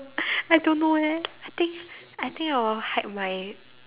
I don't know eh I think I think I will hide my